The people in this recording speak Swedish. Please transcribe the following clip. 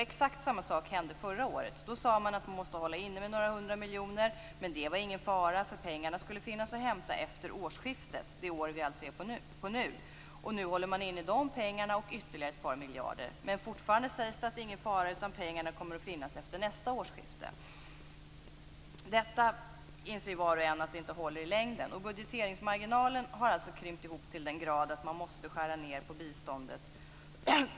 Exakt samma sak hände förra året. Då sade man att vi måste hålla inne med några hundra miljoner, men det var ingen fara, för pengarna skulle finnas att hämta efter årsskiftet, det år vi alltså nu är inne på. Nu håller man inne de pengarna och ytterligare ett par miljarder. Fortfarande sägs att det inte är någon fara, utan pengarna kommer att finnas efter nästa årsskifte. Detta inser var och en att det inte håller i längden. Budgeteringsmarginalen har alltså krympt ihop till den grad att man måste skära ned på biståndet.